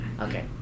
Okay